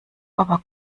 aber